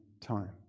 time